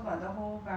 ya lah that time